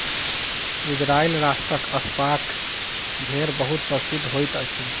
Israel राष्ट्रक Assaf भेड़ बहुत प्रसिद्ध होइत अछि